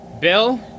Bill